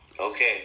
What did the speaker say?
Okay